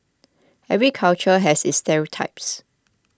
every culture has its stereotypes